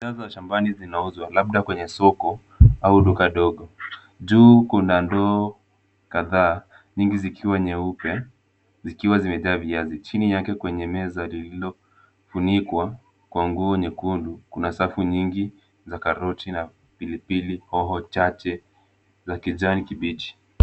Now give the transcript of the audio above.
Bidhaa za shambani zinauzwa labda kwenye soko au duka dogo. Juu kuna ndoo kadhaa nyingi zikiwa nyeupe zikiwa zimejaa viazi. Chini yake kwenye meza lililofunikwa kwa nguo nyekundu, kuna safu nyingi za karoti na pilipili hoho chache za kijani kibichi.